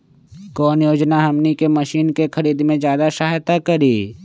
कौन योजना हमनी के मशीन के खरीद में ज्यादा सहायता करी?